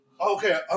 Okay